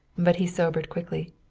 but he sobered quickly.